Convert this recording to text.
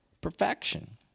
perfection